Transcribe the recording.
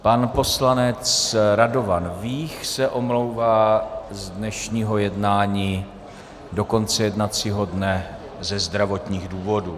Pan poslanec Radovan Vích se omlouvá z dnešního jednání do konce jednacího dne ze zdravotních důvodů.